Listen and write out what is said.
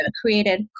created